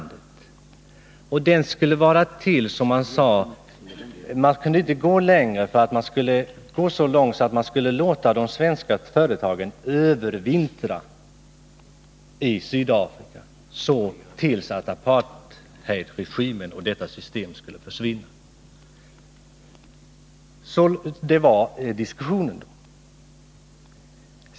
Den skulle inte gå längre än att man lät de svenska företagen övervintra i Sydafrika till dess att apartheidregimen och detta system skulle försvinna. Så fördes diskussionen.